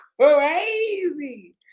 crazy